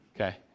Okay